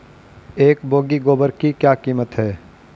एक बोगी गोबर की क्या कीमत है?